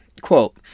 quote